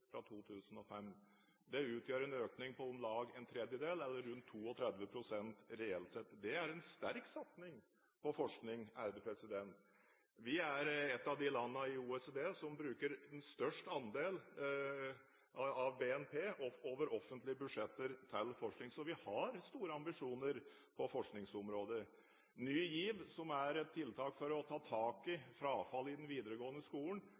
fra 2005. Det utgjør en økning på om lag en tredjedel eller rundt 32 pst. reelt sett. Det er en sterk satsing på forskning. Vi er ett av de landene i OECD som bruker størst andel av BNP over offentlige budsjetter til forskning. Så vi har store ambisjoner på forskningsområdet. Ny GIV, som er et tiltak for å ta tak i frafall i den videregående skolen,